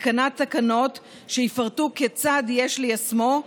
התקנת תקנות שיפרטו כיצד יש ליישמו,